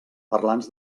parlants